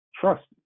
trust